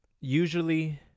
usually